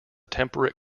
temperate